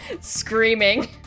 screaming